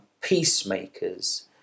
peacemakers